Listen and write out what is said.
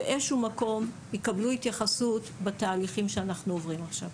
יקבלו התייחסות בתהליכים שאנחנו עוברים עכשיו.